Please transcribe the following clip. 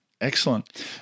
Excellent